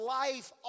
life